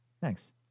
Thanks